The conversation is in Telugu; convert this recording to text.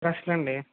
బ్రష్ల అండి